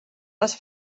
les